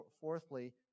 Fourthly